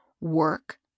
Work